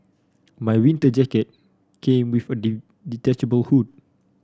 my winter jacket came with a detachable hood